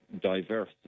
diverse